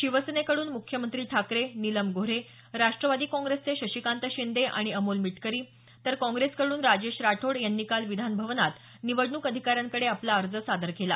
शिवसेनेकडून मुख्यमंत्री ठाकरे नीलम गोऱ्हे राष्ट्रवादी काँग्रेसचे शशिकांत शिंदे आणि अमोल मिटकरी तर काँग्रेसकडून राजेश राठोड यांनी काल विधान भवनात निवडणूक अधिकाऱ्यांकडे आपला अर्ज सादर केला